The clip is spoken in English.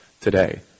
today